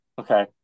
Okay